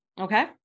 Okay